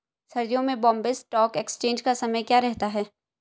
सर्दियों में Bombay stock exchange का समय क्या रहता है?